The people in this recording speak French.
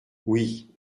oui